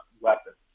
weapons